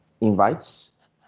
invites